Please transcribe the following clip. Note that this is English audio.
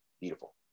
beautiful